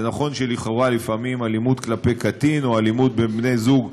נכון שלכאורה לפעמים אלימות כלפי קטין או אלימות כלפי בן זוג,